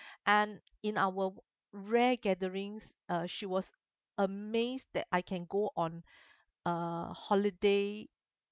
and in our rare gatherings uh she was amazed that I can go on uh holiday